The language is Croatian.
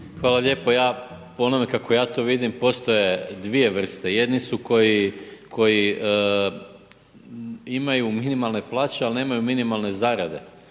Hvala lijepo. Ja po onome kako ja to vidim postoje dvije vrste, jedni su koji imaju minimalne plaće ali nemaju minimalne zarade